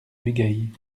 bugey